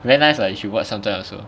very nice lah if you watch sometimes also